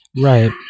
Right